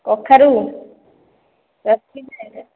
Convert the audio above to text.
କଖାରୁ ଅଛି କି ନାହିଁ ଯେ